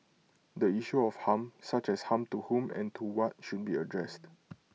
the issue of harm such as harm to whom and to what should be addressed